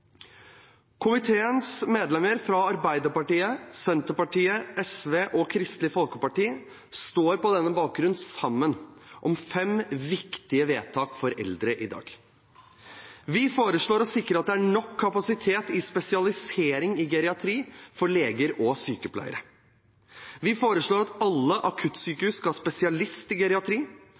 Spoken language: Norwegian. Komiteens medlemmer fra Arbeiderpartiet, Senterpartiet, SV og Kristelig Folkeparti står på denne bakgrunn sammen om fem viktige vedtak for eldre i dag. Vi foreslår å sikre at det er nok kapasitet for spesialisering innen geriatri for leger og sykepleiere at alle akuttsykehus skal ha spesialist i